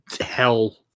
Hell